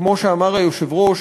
כמו שאמר היושב-ראש,